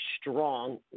strong